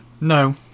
No